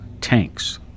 tanks